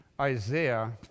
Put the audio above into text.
Isaiah